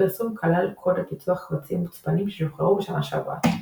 הפרסום כלל קוד לפיצוח קבצים מוצפנים ששוחררו בשנה שעברה.